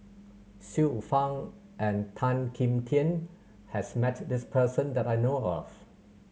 Xiu Fang and Tan Kim Tian has met this person that I know of